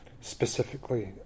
specifically